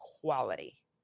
quality